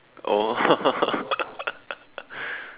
oh